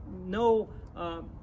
no